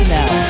now